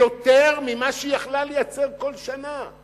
יותר ממה שהיא יכלה לייצר כל שנה.